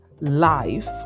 life